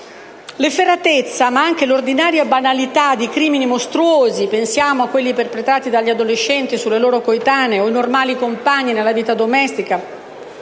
L'efferatezza, ma anche l'ordinaria banalità di crimini mostruosi, come quelli perpetrati dagli adolescenti sulle loro coetanee o i normali compagni nella vita domestica